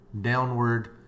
downward